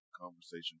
conversation